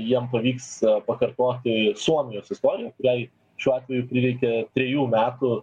jiem pavyks pakartoti suomijos istoriją kuriai šiuo atveju prireikė trijų metų